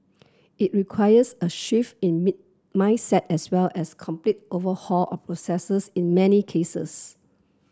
it requires a shift in mid mindset as well as complete overhaul of processes in many cases